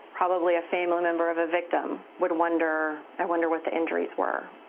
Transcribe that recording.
probably a family member of a victim would wonder i wonder what the injuries were.